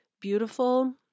beautiful